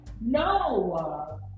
No